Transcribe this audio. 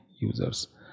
users